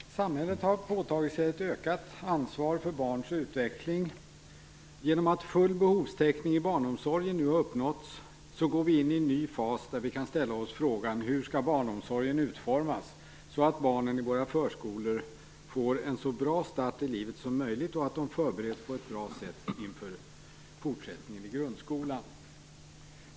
Herr talman! Samhället har tagit på sig ett ökat ansvar för barns utveckling. Genom att full behovstäckning i barnomsorgen nu har uppnåtts går vi in i en ny fas, där vi kan ställa oss frågan: Hur skall barnomsorgen utformas så att barnen i våra förskolor får en så bra start i livet som möjligt och så att de förbereds på ett bra sätt inför fortsättningen i grundskolan?